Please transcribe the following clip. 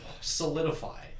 solidify